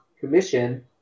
commission